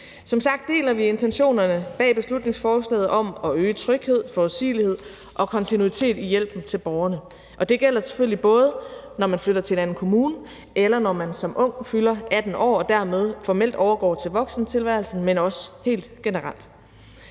sagt deler vi intentionerne bag beslutningsforslaget om at øge tryghed, forudsigelighed og kontinuitet i hjælpen til borgerne. Det gælder selvfølgelig både, når man flytter til en anden kommune, eller når man som ung fylder 18 år og dermed formelt overgår til voksentilværelsen, men også helt generelt.